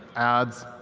ads,